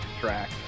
track